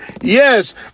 yes